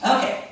Okay